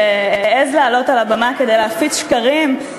שהעז לעלות על הבמה כדי להפיץ שקרים,